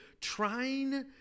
trying